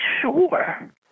sure